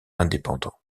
indépendant